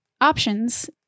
Options